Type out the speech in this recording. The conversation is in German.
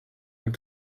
und